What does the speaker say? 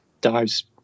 Dives